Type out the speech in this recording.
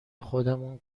خودمون